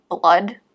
blood